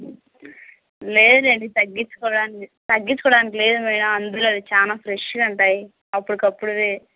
లేదండి తగ్గించుకోవడానికి తగ్గించుకోవడానికి లేదు మేడం అందులో అవి చాలా ఫ్రెష్గా ఉంటాయి అప్పుడుకప్పుడివే